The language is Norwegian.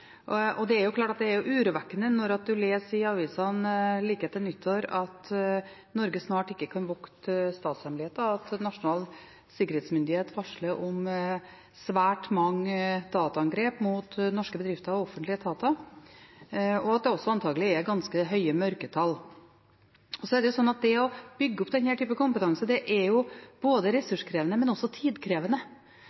snart ikke kan vokte statshemmeligheter, at Nasjonal sikkerhetsmyndighet varsler om svært mange dataangrep mot norske bedrifter og offentlige etater, og at det også antagelig er ganske høye mørketall. Så er det slik at å bygge opp denne typen kompetanse både er